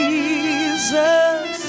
Jesus